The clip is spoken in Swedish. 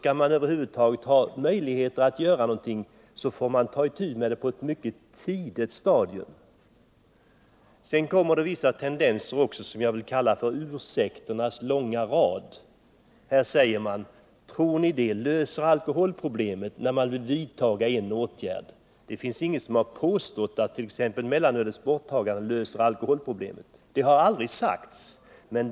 Skall man över huvud taget ha möjlighet att göra någonting får man ta itu med det hela på ett mycket tidigt stadium. Sedan finns vissa tendenser till något som jag vill kalla ursäkternas långa rad. Här säger man: Tror ni att det löser alkoholproblemet när man vill vidta en åtgärd? Det finns ingen som har påstått att t.ex. borttagandet av mellanölet löser alkoholproblemen. Det har aldrig sagts.